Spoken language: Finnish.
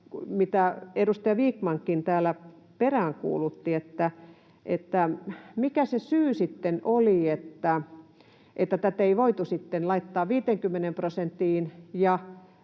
mitä edustaja Vikmankin täällä peräänkuulutti, mikä se syy sitten oli, että tätä ei voitu laittaa 50 prosenttiin